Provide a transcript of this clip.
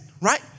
Right